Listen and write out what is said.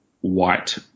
white